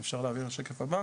בתוך